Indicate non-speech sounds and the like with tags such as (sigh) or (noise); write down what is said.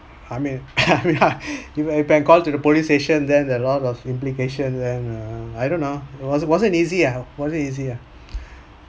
I mean (laughs) you can call to the police station than a lot of implications and uh I don't know it wasn't easy ah wasn't easy ah